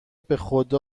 بخاد